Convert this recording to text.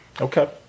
Okay